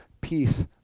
peace